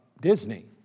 Disney